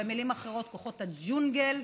במילים אחרות כוחות הג'ונגל,